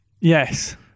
Yes